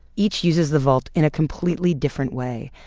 each uses the vault in a completely different way,